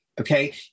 Okay